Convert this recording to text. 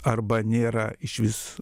arba nėra išvis